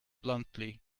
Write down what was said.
bluntly